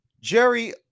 Jerry